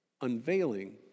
unveiling